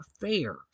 fair